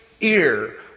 ear